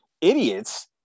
idiots